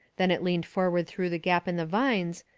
then it leaned forward through the gap in the vines,